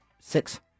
Six